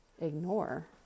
ignore